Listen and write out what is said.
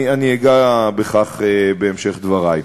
אני אגע בכך בהמשך דברי.